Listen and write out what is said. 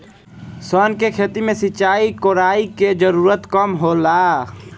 सन के खेती में सिंचाई, कोड़ाई के जरूरत कम होला